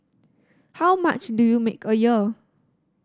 how much do you make a year